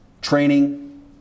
training